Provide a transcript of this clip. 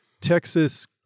Texas